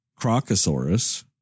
Crocosaurus